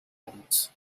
route